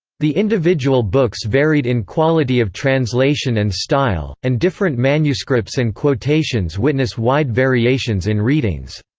the individual books varied in quality of translation and style, and different manuscripts and quotations witness wide variations in readings.